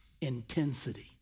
Intensity